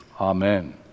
Amen